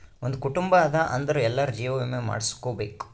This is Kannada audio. ಒಂದ್ ಕುಟುಂಬ ಅದಾ ಅಂದುರ್ ಎಲ್ಲಾರೂ ಜೀವ ವಿಮೆ ಮಾಡುಸ್ಕೊಬೇಕ್